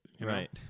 Right